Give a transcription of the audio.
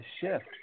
shift